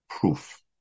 proof